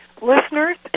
Listeners